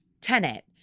Tenet